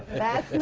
that